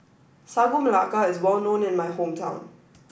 Sagu Melaka is well known in my hometown